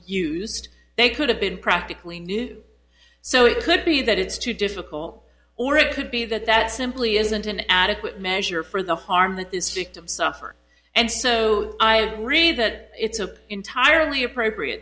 used they could have been practically new so it could be that it's too difficult or it could be that that simply isn't an adequate measure for the harm that this victim suffered and so i agree that it's an entirely appropriate